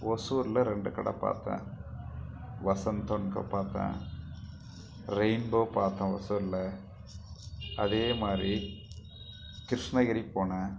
ஒசூரில் ரெண்டு கடை பார்த்தேன் வசந்த் அண்ட் கோ பார்த்தேன் ரெயின்போ பார்த்தோம் ஒசூரில் அதேமாதிரி கிருஷ்ணகிரி போனேன்